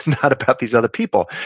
not about these other people.